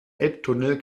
elbtunnel